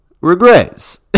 Regrets